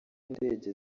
indege